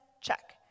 Check